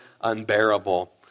unbearable